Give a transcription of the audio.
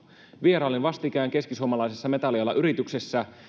vierailin vastikään keskisuomalaisessa metallialan yrityksessä